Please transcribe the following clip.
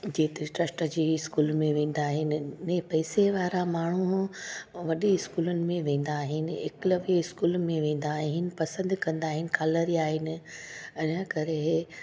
जेके ट्रस्ट जी इस्कूल में वेंदा आहिनि ने पैसे वारा माण्हू वॾी इस्कूलनि में वेंदा आहिनि एक्लव्य इस्कूल में वेंदा आहिनि पसंदि कंदा आहिनि कलरिया आहिनि इनकरे